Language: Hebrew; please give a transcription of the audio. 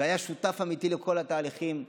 והיה שותף אמיתי לכל התהליכים.